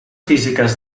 físiques